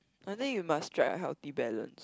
I think you must strike a healthy balance